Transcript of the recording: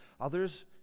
Others